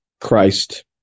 Christ